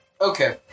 Okay